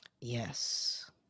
yes